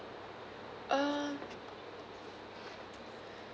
uh